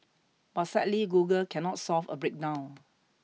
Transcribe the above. but sadly Google cannot solve a breakdown